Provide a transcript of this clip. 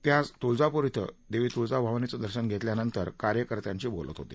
ते आज तुळजापूर क्षे देवी तुळजाभवानीचं दर्शन घेतल्यानंतर कार्यकर्त्यांशी बोलत होते